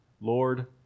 Lord